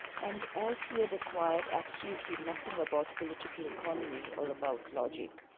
and as he had acquired absolutely nothing about political economy or about logic,